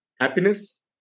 Happiness